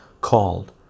called